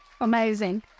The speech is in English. Amazing